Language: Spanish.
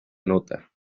anota